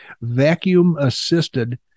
vacuum-assisted